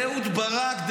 לאהוד ברק,